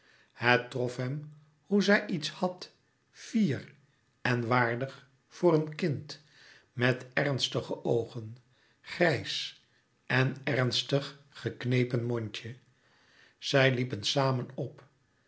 het trof hem hoe zij iets had fier en waardig voor een kind met ernstige oogen grijs en ernstig geknepen mondje zij liepen samen op